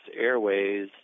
airways